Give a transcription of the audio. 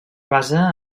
basa